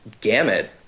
gamut